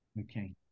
Okay